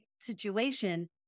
situation